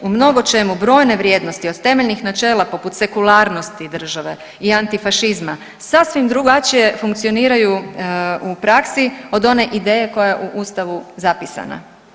U mnogočemu brojne vrijednosti od temeljnih načela poput sekularnosti države i antifašizma sasvim drugačije funkcioniraju u praksi od one ideje koja je u ustavu zapisana.